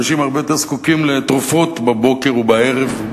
אנשים הרבה יותר זקוקים לתרופות בבוקר ובערב,